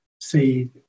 see